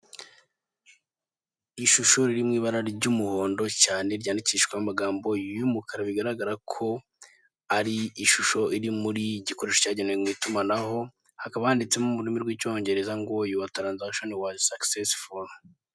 Ishusho riri mu ibara ry'umuhondo cyane ryandikishwa amagambo y'umukara bigaragara ko ari ishusho iri mugikoresho cyagenewe itumanaho hakaba handitsemo ururimi rw'icyongereza ngo your transaction was successful .